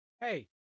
hey